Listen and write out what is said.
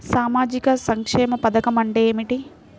సామాజిక సంక్షేమ పథకం అంటే ఏమిటి?